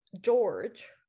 George